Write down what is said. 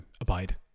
abide